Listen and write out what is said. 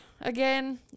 Again